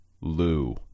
Lou